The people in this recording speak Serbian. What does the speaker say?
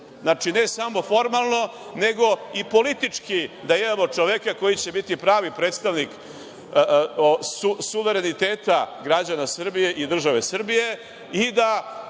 Znači, ne samo formalno, nego i politički da imamo čoveka koji će biti pravi predstavnik suvereniteta građana Srbije i države Srbije, i kada